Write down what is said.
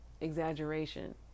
exaggeration